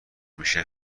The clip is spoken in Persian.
میشه